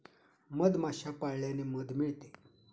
मधमाश्या पाळल्याने मध मिळते